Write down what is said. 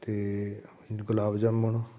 ਅਤੇ ਗੁਲਾਬ ਜਾਮੁਨ